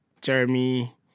jeremy